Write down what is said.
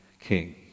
king